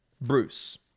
Bruce